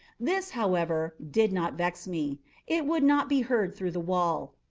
this, however, did not vex me it would not be heard through the wall.